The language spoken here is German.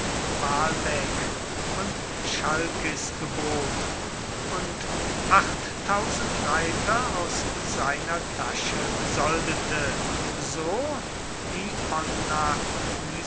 und chalkis gebot und reiter aus seiner tasche besoldete so dionaysios